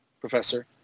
Professor